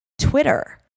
Twitter